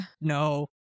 no